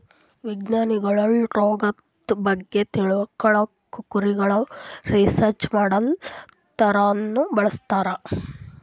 ವಿಜ್ಞಾನಿಗೊಳ್ ರೋಗದ್ ಬಗ್ಗೆ ತಿಳ್ಕೊಳಕ್ಕ್ ಕುರಿಗ್ ರಿಸರ್ಚ್ ಮಾಡಲ್ ಥರಾನೂ ಬಳಸ್ತಾರ್